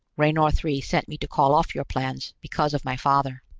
raynor three sent me to call off your plans, because of my father